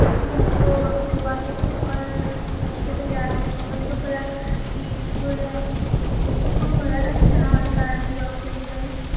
আচ্ছা তো দোকানটা তো সকাল দশটা থেকে রাত দশটা পর্যন্ত খোলা ঈদ বলে বেশিক্ষণ খোলা থাকছে না হলে তার আগেই অফ হয়ে যায়